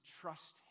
trust